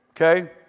Okay